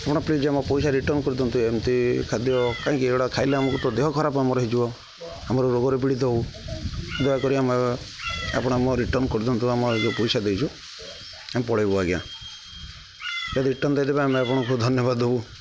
ଆପଣ ପ୍ଳିଜ୍ ଆମ ପଇସା ରିଟର୍ଣ୍ଣ କରିଦିଅନ୍ତୁ ଏମିତି ଖାଦ୍ୟ କାହିଁକି ଏଗୁଡ଼ା ଖାଇଲେ ଆମକୁ ତ ଦେହ ଖରାପ ଆମର ହେଇଯିବ ଆମର ରୋଗର ପୀଡ଼ିତ ହଉ ଦୟାକରି ଆମେ ଆପଣ ଆମ ରିଟର୍ଣ୍ଣ କରିଦିଅନ୍ତୁ ଆମ ଏଇ ଯେଉଁ ପଇସା ଦେଇଛୁ ଆମେ ପଳାଇବୁ ଆଜ୍ଞା ଯଦି ରିଟର୍ଣ୍ଣ ଦେଇଦେବେ ଆମେ ଆପଣଙ୍କୁ ଧନ୍ୟବାଦ ଦବୁ